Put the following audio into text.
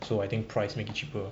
so I think price make it cheaper